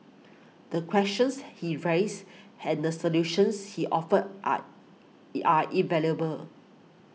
the questions he raised and the solutions he offered are E are invaluable